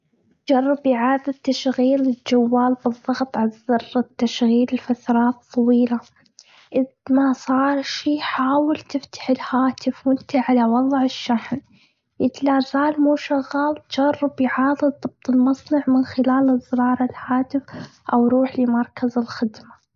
جرب إعادة تشغيل الجوال بالضغط على زر التشغيل لفترة طويلة. إذ ما صار شي، حاول تفتح الهاتف وانت على وضع الشحن. إذ ما صار ومو شغال، جرب إعادة ضبط المصنع من خلال أزرار الهاتف، أو روح لمركز الخدمة.